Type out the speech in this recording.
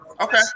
Okay